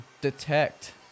detect